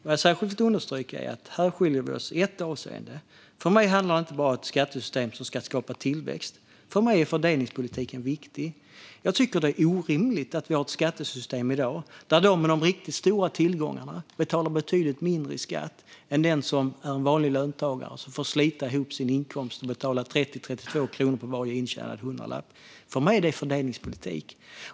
Vad jag särskilt vill understryka är att vi skiljer oss åt här i ett avseende. För mig handlar det inte bara om ett skattesystem som ska skapa tillväxt. För mig är fördelningspolitiken viktig. Jag tycker att det är orimligt att vi har ett skattesystem i dag där de med de riktigt stora tillgångarna betalar betydligt mindre i skatt än den som är en vanlig löntagare som får slita ihop till sin inkomst och betala 30 till 32 kronor för varje intjänad hundralapp. För mig är det fördelningspolitik.